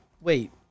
Wait